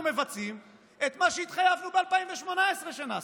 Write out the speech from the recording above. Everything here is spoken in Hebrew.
מבצעים את מה שהתחייבנו ב-2018 שנעשה?